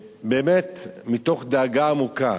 שמתוך דאגה עמוקה